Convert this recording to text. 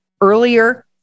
earlier